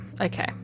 Okay